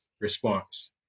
response